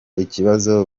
ikibazo